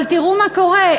אבל תראו מה קורה.